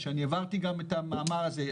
והעברתי גם את המאמר הזה.